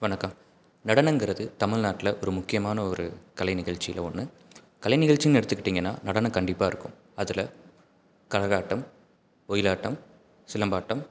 வணக்கம் நடனங்கிறது தமிழ்நாட்டில ஒரு முக்கியமான ஒரு கலை நிகழ்ச்சியில் ஒன்று கலை நிகழ்ச்சின்னு எடுத்துக்கிட்டிங்கன்னா நடனம் கண்டிப்பாக இருக்கும் அதில் கரகாட்டம் ஒயிலாட்டம் சிலம்பாட்டம்